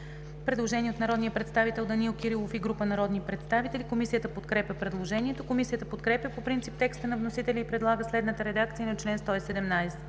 предложение от народния представител Данаил Кирилов и група народни представители. Комисията подкрепя предложението. Комисията подкрепя по принцип текста на вносителя и предлага следната редакция на чл. 117: